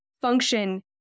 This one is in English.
function